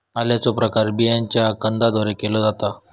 आल्याचो प्रसार बियांच्या कंदाद्वारे केलो जाता